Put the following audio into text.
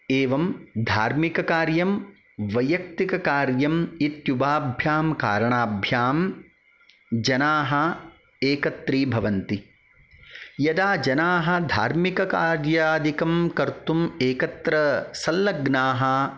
एवं धार्मिककार्यं वैयक्तिककार्यम् इत्युभाव्यां कारणाभ्यां जनाः एकत्रीभवन्ति यदा जनाः धार्मिककार्यादिकं कर्तुं एकत्र सल्लग्नाः